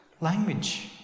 language